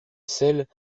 celles